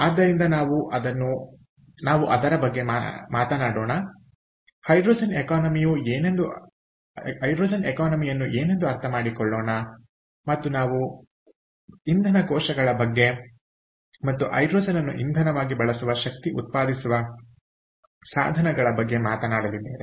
ಆದ್ದರಿಂದ ನಾವು ಅದರ ಬಗ್ಗೆ ಮಾತನಾಡೋಣ ಹೈಡ್ರೋಜನ್ ಎಕಾನಮಿ ಯು ಏನೆಂದು ಅರ್ಥಮಾಡಿಕೊಳ್ಳೋಣ ಮತ್ತು ನಾವು ಮತ್ತೆ ಇಂಧನ ಕೋಶಗಳ ಬಗ್ಗೆ ಮತ್ತು ಹೈಡ್ರೋಜನ್ ಅನ್ನು ಇಂಧನವಾಗಿ ಬಳಸುವ ಶಕ್ತಿ ಉತ್ಪಾದಿಸುವ ಸಾಧನಗಳ ಬಗ್ಗೆ ಮಾತನಾಡಲಿದ್ದೇವೆ